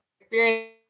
experience